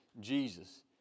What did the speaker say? Jesus